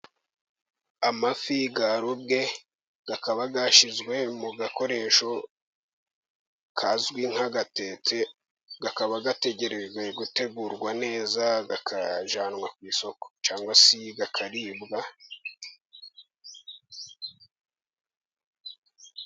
Amafi y'arobwe, akaba yashyizwe mu gakoresho kazwi nk'agatete, akaba ategerejwe gutegurwa neza akajyanwa ku isoko, cyangwa se akaribwa.